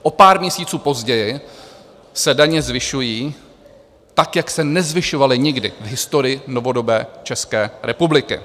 O pár měsíců později se daně zvyšují tak, jak se nezvyšovaly nikdy v historii novodobé České republiky.